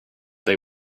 they